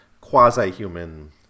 quasi-human